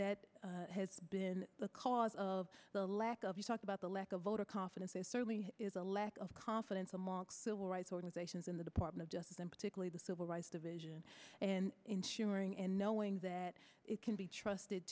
that has been the cause of the lack of you talked about the lack of voter confidence there certainly is a lack of confidence among civil rights organizations in the department of them particularly the civil rights division and ensuring in knowing that it can be trusted